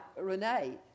Renee